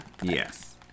Yes